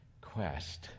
quest